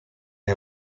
est